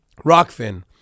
Rockfin